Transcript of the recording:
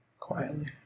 Quietly